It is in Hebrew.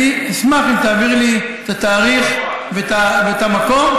אני אשמח אם תעביר לי את התאריך ואת המקום,